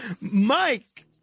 Mike